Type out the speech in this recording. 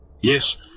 Yes